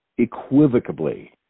equivocably